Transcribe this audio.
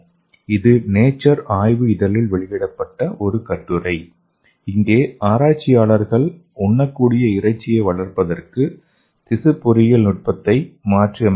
இது நேச்சர் ஆய்வு இதழில் வெளியிடப்பட்ட ஒரு கட்டுரை இங்கே ஆராய்ச்சியாளர்கள் உண்ணக்கூடிய இறைச்சியை வளர்ப்பதற்கு திசு பொறியியல் நுட்பத்தை மாற்றியமைக்கின்றனர்